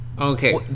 Okay